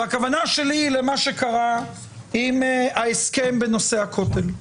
כוונתי היא למה שקרה עם ההסכם בנושא הכותל.